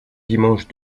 dimanche